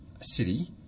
city